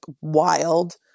wild